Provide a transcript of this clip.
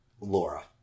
Laura